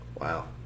Wow